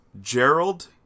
Gerald